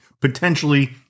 potentially